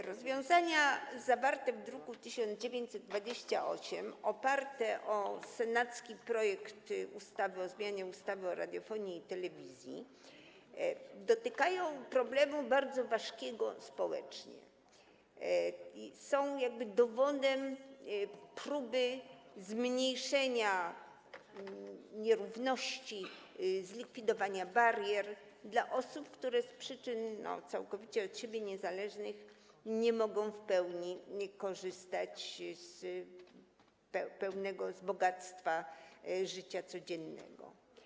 Rozwiązania zawarte w druku nr 1928, oparte na senackim projekcie ustawy o zmianie ustawy o radiofonii i telewizji, dotykają bardzo ważkiego społecznie problemu i są dowodem próby zmniejszenia nierówności, zlikwidowania barier dla osób, które z przyczyn całkowicie od siebie niezależnych nie mogą w pełni korzystać z bogactwa życia codziennego.